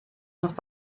noch